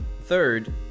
third